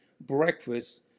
breakfast